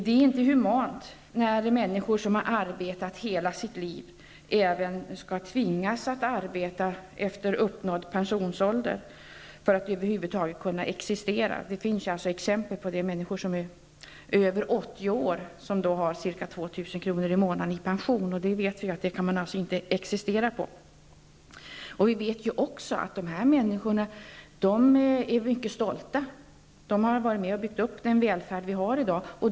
Det är inte humant när människor som har arbetat hela sitt liv skall tvingas att arbeta även efter uppnådd pensionsålder för att över huvud taget kunna existera. Det finns exempel på människor som är över 80 år och har bara 2 500 kr. i månaden i pension. Det kan de inte existera på. Vi vet även att dessa människor är mycket stolta. De har varit med om att bygga upp den välfärd som vi har i dag.